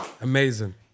Amazing